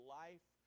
life